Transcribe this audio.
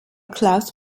klaus